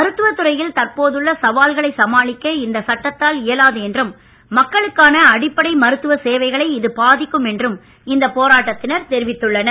மருத்துவத் துறையில் தற்போதுள்ள சவால்களை சமாளிக்க இந்த சட்டத்தால் இயலாது என்றும் மக்களுக்கான அடிப்படை மருத்துவச் சேவைகளை இது பாதிக்கும் என்றும் இந்தப் போராட்டத்தினர் தெரிவித்துள்ளனர்